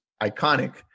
iconic